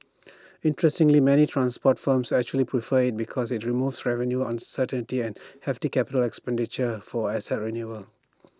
interestingly many transport firms actually prefer IT because IT removes revenue uncertainty and hefty capital expenditure for asset renewal